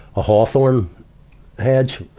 a hawthorn hedge.